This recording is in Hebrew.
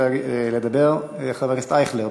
לדבר חבר הכנסת אייכלר,